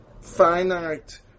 finite